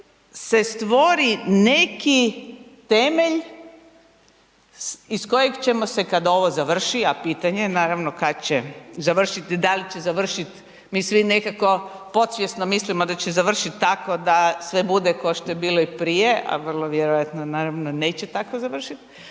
se stvori neki temelj iz kojeg ćemo se kad ovo završi, a pitanje je naravno kad će završiti, da li će završiti, mi svi nekako podsvjesno mislimo da će završiti tako da sve bude kao što je bilo i prije, a vrlo vjerojatno naravno neće tako završiti,